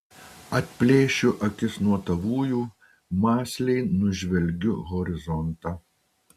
atplėšiu akis nuo tavųjų mąsliai nužvelgiu horizontą